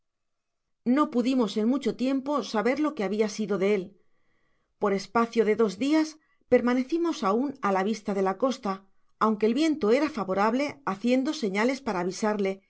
no pudimos en mucho tiempo saber lo que labia sido de él por espacio de dos dias permanecimos aun á la vista de la costa aunque el viento era favorable haciendo señales para avisarle